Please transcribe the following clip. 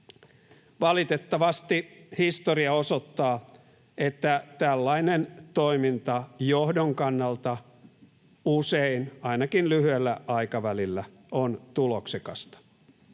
Valitettavasti historia osoittaa, että tällainen toiminta johdon kannalta usein ainakin lyhyellä aikavälillä on tuloksekasta.